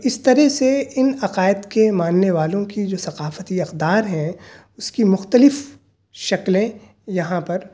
تو اس طرح سے ان عقائد کے ماننے والوں کی جو ثقافتی اقدار ہیں اس کی مختلف شکلیں یہاں پر